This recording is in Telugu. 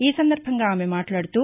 ఈ సందర్భంగా ఆమె మాట్లాడుతూ